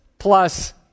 Plus